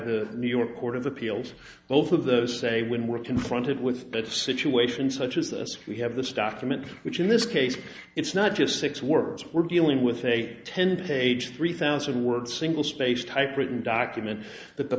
the new york court of appeals both of those say when we're confronted with a situation such as this we have this document which in this case it's not just six words we're dealing with a ten page three thousand word single spaced typewritten document that the